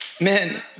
Men